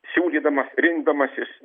siūlydamas rinkdamasis